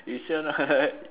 you sure a not